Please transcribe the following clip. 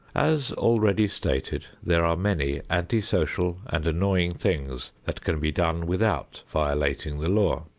as already stated, there are many anti-social and annoying things that can be done without violating the law.